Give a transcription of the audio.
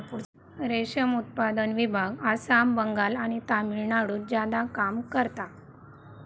रेशम उत्पादन विभाग आसाम, बंगाल आणि तामिळनाडुत ज्यादा काम करता